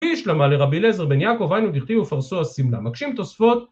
בשלמא לרבי אליעזר בן יעקב, היינו דכתיב ופרסו השמלה, מקשים תוספות